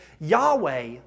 Yahweh